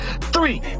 three